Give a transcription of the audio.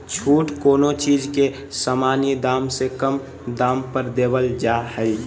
छूट कोनो चीज के सामान्य दाम से कम दाम पर देवल जा हइ